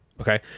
Okay